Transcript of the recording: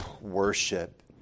Worship